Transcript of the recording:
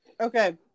Okay